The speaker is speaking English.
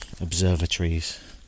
observatories